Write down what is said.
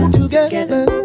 together